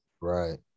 Right